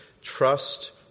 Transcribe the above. trust